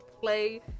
play